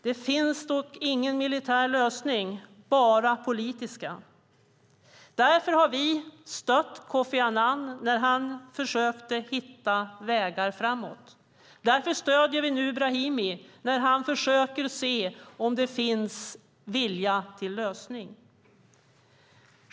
Det finns dock ingen militär lösning utan bara politiska. Därför har vi stött Kofi Annan när han försökte hitta vägar framåt. Därför stöder vi nu Brahimi när han försöker se om det finns en vilja till lösning.